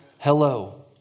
Hello